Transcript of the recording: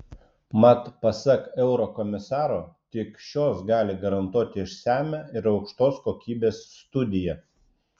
mat pasak eurokomisaro tik šios gali garantuoti išsamią ir aukštos kokybės studiją